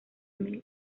mill